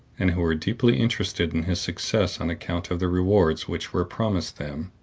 and who were deeply interested in his success on account of the rewards which were promised them,